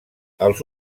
els